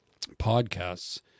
podcasts